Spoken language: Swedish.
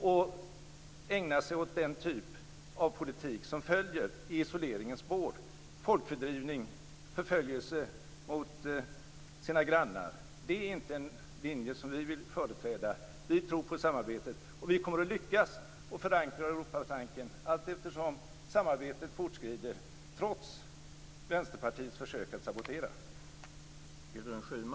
Man har ägnat sig åt den typ av politik som följer i isoleringens spår, folkfördrivning och förföljelse av sina grannar. Det är inte en linje som vi vill företräda. Vi tror på samarbete, och vi kommer att lyckas att förankra Europatanken allteftersom samarbetet fortskrider, trots Vänsterpartiets försök att sabotera.